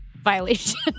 violation